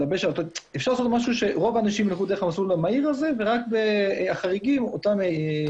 אפשר לעשות שרוב האנשים ילכו דרך המסלול המהיר הזה ורק החריגים ייבדקו.